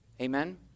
Amen